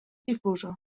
difusa